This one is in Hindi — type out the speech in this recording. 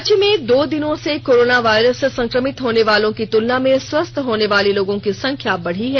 राज्य में दो दिनों से कोरोना वायरस से संक्रमित होने वालों की तुलना में स्वस्थ होने वाले लोगों की संख्या बढ़ी है